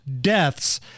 deaths